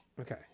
Okay